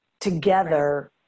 together